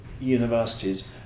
universities